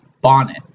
Bonnet